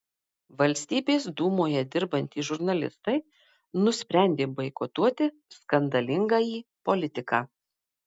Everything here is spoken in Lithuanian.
valstybės dūmoje dirbantys žurnalistai nusprendė boikotuoti skandalingąjį politiką